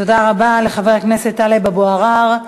תודה רבה לחבר הכנסת טלב אבו עראר.